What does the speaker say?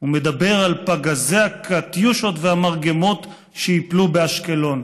ומדבר על פגזי הקטיושות והמרגמות שייפלו באשקלון.